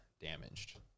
damaged